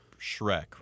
Shrek